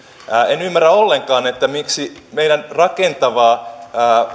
en ymmärrä ollenkaan miksi meidän rakentavaa